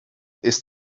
ist